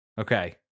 Okay